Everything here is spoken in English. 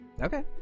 Okay